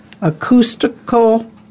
acoustical